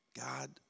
God